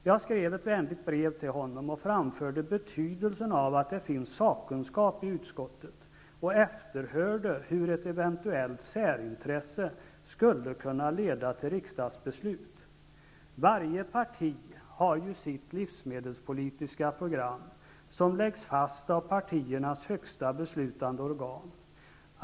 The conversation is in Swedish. Jag skrev ett vänligt brev till honom och framförde betydelsen av att det finns sakkunskap i utskottet och efterhörde hur ett eventuellt särintresse skulle kunna leda till riksdagsbeslut. Varje parti har ju sitt livsmedelspolitiska program som läggs fast av partiernas högsta beslutande organ.